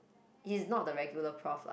he is not the regular prof lah